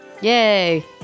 Yay